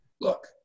Look